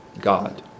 God